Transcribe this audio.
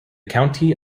county